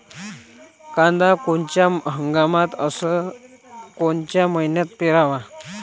कांद्या कोनच्या हंगामात अस कोनच्या मईन्यात पेरावं?